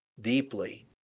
deeply